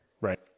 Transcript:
Right